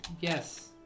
yes